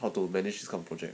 how to manage 这个 project